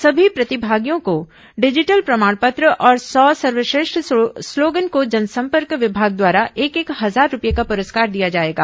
सभी प्रतिभागियों को डिजिटल प्रमाण पत्र और सौ सर्वश्रेष्ठ स्लोगन को जनसंपर्क विभाग द्वारा एक एक हजार रूपए का पुरस्कार दिया जाएगा